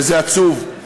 וזה עצוב,